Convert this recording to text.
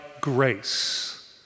grace